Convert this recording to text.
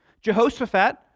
Jehoshaphat